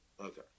Okay